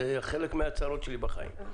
זה חלק מהצרות שלי בחיים.